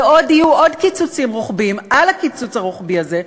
ויהיו עוד קיצוצים רוחביים על הקיצוץ הרוחבי הזה.